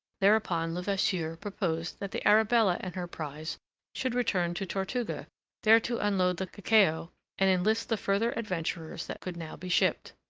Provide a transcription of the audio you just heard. thereupon levasseur proposed that the arabella and her prize should return to tortuga there to unload the cacao and enlist the further adventurers that could now be shipped.